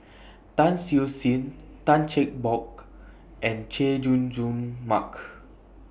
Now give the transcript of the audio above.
Tan Siew Sin Tan Cheng Bock and Chay Jung Jun Mark